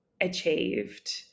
achieved